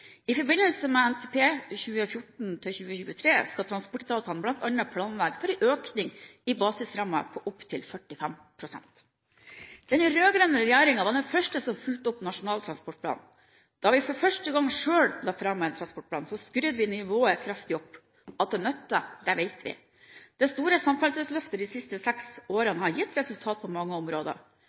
I forbindelse med NTP 2014–2023 skal transportetatene bl.a. planlegge for en økning i basisrammen på opptil 45 pst. Den rød-grønne regjeringen var den første som fulgte opp Nasjonal transportplan. Da vi for første gang selv la fram en transportplan, skrudde vi nivået kraftig opp. At det nytter, veit vi! Det store samferdselsløftet de siste seks årene har gitt resultater på mange områder.